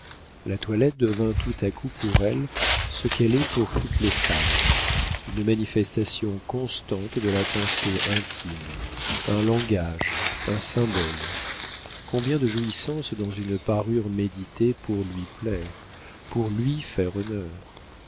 la toilette devint tout à coup pour elle ce qu'elle est pour toutes les femmes une manifestation constante de la pensée intime un langage un symbole combien de jouissances dans une parure méditée pour lui plaire pour lui faire honneur